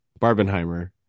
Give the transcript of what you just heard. Barbenheimer